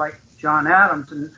like john adams and